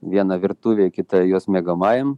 vieną virtuvėj kitą jos miegamajam